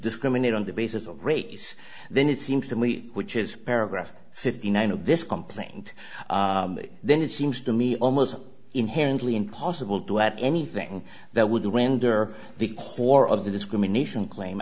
discriminate on the basis of race then it seems to me which is paragraph fifty nine of this complaint then it seems to me almost inherently impossible to add anything that would render the horror of the discrimination claim